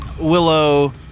Willow